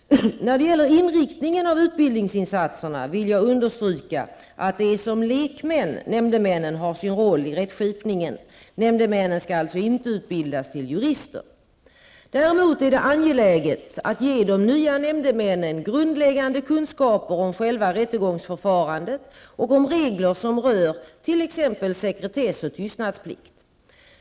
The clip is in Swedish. När det gäller inriktningen av utbildningsinsatserna vill jag understryka att det är som lekmän nämndemännen har sin roll i rättskipningen. Nämndemän skall alltså inte utbildas till jurister. Däremot är det angeläget att ge de nya nämndemännen grundläggande kunskaper om själva rättegångsförfarandet och om regler som rör t.ex. sekretess och tystnadsplikt.